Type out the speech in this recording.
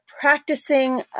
practicing